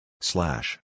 Slash